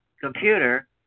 computer